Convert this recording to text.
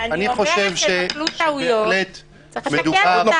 לא, זה לא רגע.